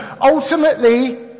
ultimately